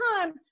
time